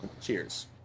Cheers